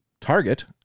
target